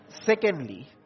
Secondly